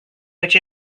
which